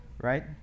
right